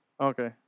Okay